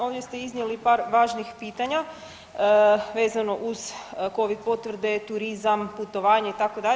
Ovdje ste iznijeli par važnih pitanja vezano uz covid potvrde, turizam, putovanje itd.